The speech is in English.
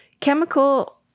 Chemical